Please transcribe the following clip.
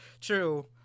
True